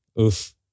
oof